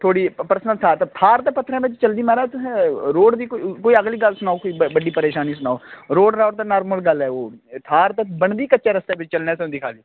थाहर ऐ थार ते म्हाराज पत्थरें उप्पर चलदी ते तुसें म्हाराज कोई अगली गल्ल सनाओ कोई बड्डी गल्ल सनाओ रोड़ ते बड़ी नॉर्मल गल्ल ऐ ते ओह् थाहर ते बनी दी गै होंदी कच्चे रस्ते आस्तै